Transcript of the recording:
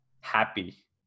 happy